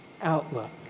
outlook